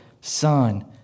son